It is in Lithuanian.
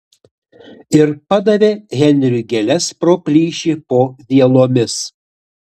ir padavė henriui gėles pro plyšį po vielomis